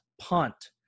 punt